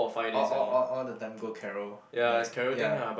all all all all the time go Carol there ya